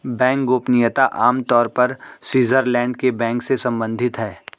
bank गोपनीयता आम तौर पर स्विटज़रलैंड के बैंक से सम्बंधित है